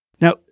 Now